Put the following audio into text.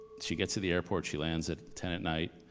she gets to the airport, she lands at ten at night,